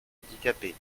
handicapées